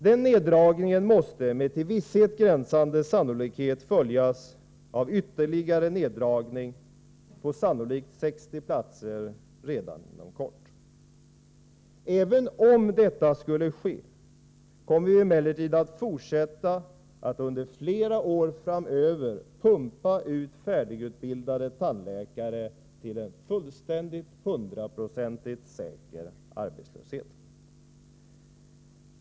Den neddragningen måste med till visshet gränsande sannolikhet följas av ytterligare neddragningar på sammanlagt 60 platser redan inom kort. Även om neddragningarna sker kommer vi att fortsätta att under flera år framöver pumpa ut färdigutbildade tandläkare till en hundraprocentigt säker arbetslöshet.